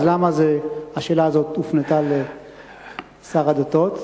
אז למה השאלה הזאת הופנתה אל שר הדתות?